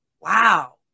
wow